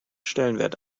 stellenwert